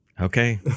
okay